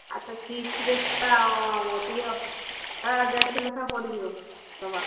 ଆଉ ସେ ଫିକ୍ସ ରେଟ୍ଟା ଟିକେ ଶହେ ଦେଢ଼ ଲେଖାଁ ପଡ଼ିଯିବ ଦେବା